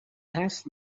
passed